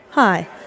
Hi